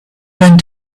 went